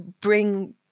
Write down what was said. bring